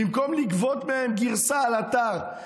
במקום לגבות גרסה על אתר,